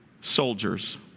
soldiers